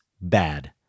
bad